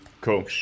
Cool